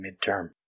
midterm